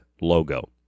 logo